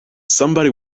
somebody